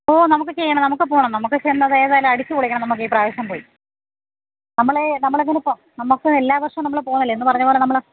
ഓ നമുക്ക് ചെയ്യണം നമുക്ക് പോകണം നമുക്ക് ചെന്നതേതായാലുമടിച്ചു പൊളിക്കണം നമുക്കീ പ്രാവശ്യം പോയി നമ്മൾ നമ്മളങ്ങനെ പൊ നമുക്ക് എല്ലാ വർഷവും നമ്മൾ പോകല്ല എന്നു പറഞ്ഞതു പോലെ നമ്മൾ